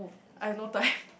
I've no time